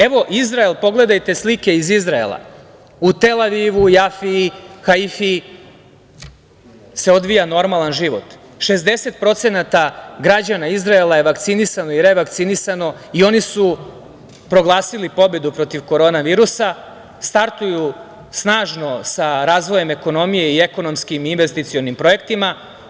Evo, Izrael, pogledajte slike iz Izraela, u Tel Avivu, Jafiji, Haifi se odvija normalan život, 60% građana Izraela je vakcinisano i revakcinisano i oni su proglasili pobedu protiv korona virusa, startuju snažno sa razvojem ekonomije i ekonomskim i investicionim projektima.